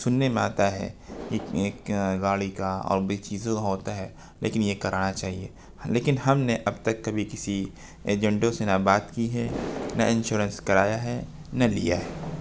سننے میں آتا ہے کہ گاڑی کا اور بھی چیزوں کا ہوتا ہے لیکن یہ کرانا چاہیے لیکن ہم نے اب تک کبھی کسی ایجنٹوں سے نہ بات کی ہے نہ انشورنس کرایا ہے نہ لیا ہے